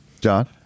John